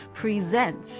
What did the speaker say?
presents